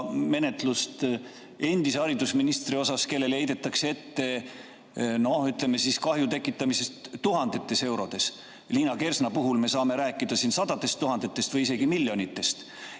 ja menetlust endise haridusministri suhtes, kellele heidetakse ette, noh, ütleme siis, kahju tekitamist tuhandetes eurodes. Liina Kersna puhul me saame rääkida sadadest tuhandetest või isegi miljonitest. Nii